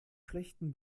schlechten